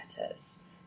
letters